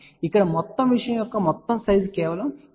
ఇక్కడ మొత్తం విషయం యొక్క మొత్తం సైజ్ కేవలం 4